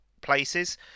places